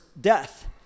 death